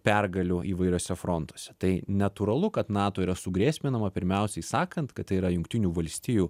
pergalių įvairiuose frontuose tai natūralu kad nato yra sugrėsminama pirmiausiai sakant kad tai yra jungtinių valstijų